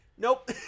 Nope